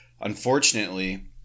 Unfortunately